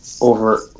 over